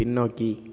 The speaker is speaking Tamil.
பின்னோக்கி